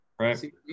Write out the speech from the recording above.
right